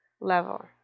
level